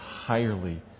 entirely